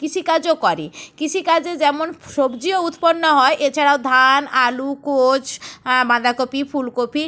কৃষিকাজও করে কৃষিকাজে যেমন ফ্ সবজিও উৎপন্ন হয় এছাড়াও ধান আলু কোচ বাঁধাকপি ফুলকপি